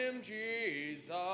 Jesus